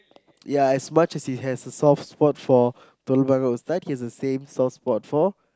ya as much as he has a soft spot for telok-blangah Ustad he has the same soft spot for